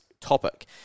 topic